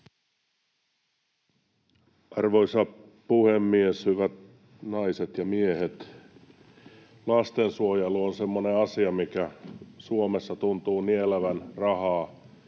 Arvoisa puhemies! Hyvät naiset ja miehet! Lastensuojelu on semmoinen asia, mikä Suomessa tuntuu nielevän rahaa